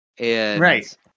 Right